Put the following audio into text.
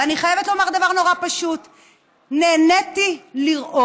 ואני חייבת לומר דבר נורא פשוט: נהניתי לראות